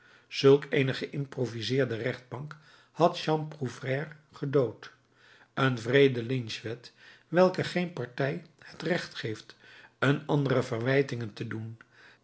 zulk een geïmproviseerde rechtbank had jean prouvaire gedood een wreede lynchwet welke geen partij het recht geeft een andere verwijtingen te doen